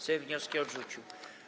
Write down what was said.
Sejm wnioski odrzucił.